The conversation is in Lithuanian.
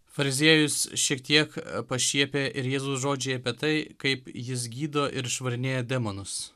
fariziejus šiek tiek pašiepia ir jėzaus žodžiai apie tai kaip jis gydo ir išvarinėja demonus